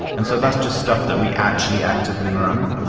and so that's just stuff that we actually actively run,